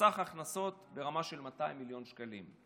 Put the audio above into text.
וסך ההכנסות, ברמה של 200 מיליון שקלים.